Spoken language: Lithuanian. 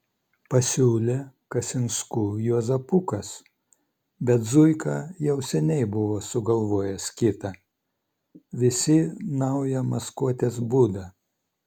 pasiūlė kasinskų juozapukas bet zuika jau seniai buvo sugalvojęs kitą visi naują maskuotės būdą